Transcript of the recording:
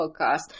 podcast